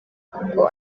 kuko